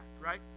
right